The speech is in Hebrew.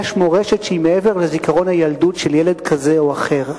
יש מורשת שהיא מעבר לזיכרון הילדות של ילד כזה או אחר,